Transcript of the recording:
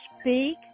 speak